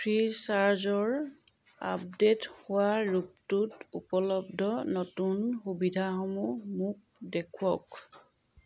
ফ্ৰীচাৰ্জৰ আপডে'ট হোৱা ৰূপটোত উপলব্ধ নতুন সুবিধাসমূহ মোক দেখুৱাওক